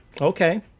okay